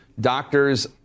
doctors